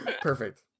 Perfect